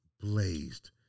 blazed